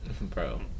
bro